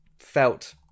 Felt